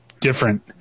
different